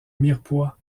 mirepoix